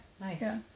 Nice